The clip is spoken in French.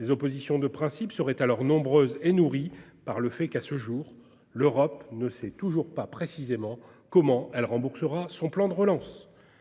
Les oppositions de principe seraient alors nombreuses et nourries par le fait que, à ce jour, l'Europe ne sait toujours pas précisément comment elle remboursera son plan de relance.